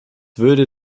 würde